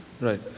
Right